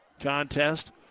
contest